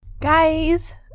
guys